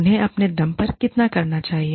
उन्हें अपने दम पर कितना करना चाहिए